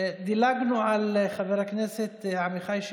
בשנת 2013 ניתנה פסיקה ברורה של בתי משפט